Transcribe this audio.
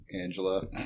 Angela